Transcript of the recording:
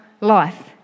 life